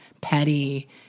petty